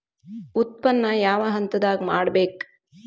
ಉತ್ಪನ್ನ ಯಾವ ಹಂತದಾಗ ಮಾಡ್ಬೇಕ್?